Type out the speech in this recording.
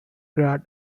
guard